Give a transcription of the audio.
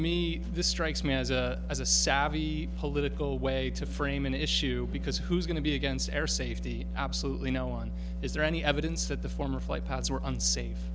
me this strikes me as a as a savvy political way to frame an issue because who's going to be against air safety absolutely no one is there any evidence that the former flight paths were unsafe